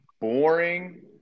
boring